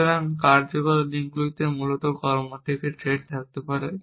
সুতরাং কার্যকারণ লিঙ্কগুলিতে মূলত কর্ম থেকে থ্রেড থাকতে পারে